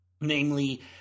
Namely